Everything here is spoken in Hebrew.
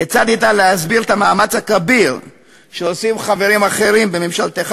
כיצד ניתן להסביר את המאמץ הכביר שעושים חברים אחרים בממשלתך